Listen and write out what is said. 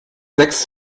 sechs